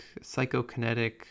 psychokinetic